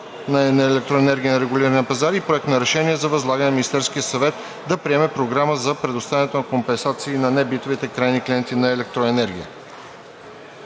на електроенергия на регулиран пазар. 3. Проект на решение за възлагане на Министерския съвет да предприеме програма за предоставяне на компенсации на небитовите крайни клиенти на електроенергия.“